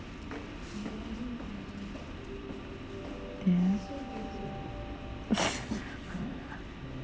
yes